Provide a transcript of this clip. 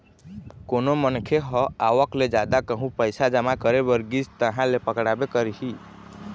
कोनो मनखे ह आवक ले जादा कहूँ पइसा जमा करे बर गिस तहाँ ले पकड़ाबे करही